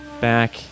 back